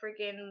freaking